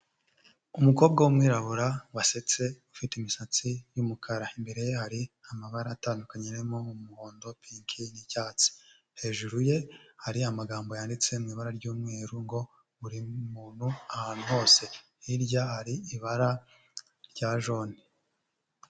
Umukobwa w'umwirabura wasetse ufite imisatsi y'umukara, imbere ya amabara atandukanye arimo umuhondo, pink, n'icyatsi. Hejuru ye hari amagambo yanditse mu ibara ry'umweru ngo buri muntu ahantu hose, hirya hari ibara rya jone.